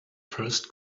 first